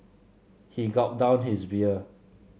he gulped down his beer